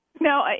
No